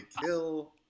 kill